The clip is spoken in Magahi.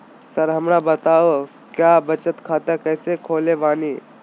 सर हमरा बताओ क्या बचत खाता कैसे खोले बानी?